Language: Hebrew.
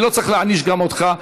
אני לא צריך להעניש גם אותך.